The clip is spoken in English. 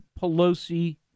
Pelosi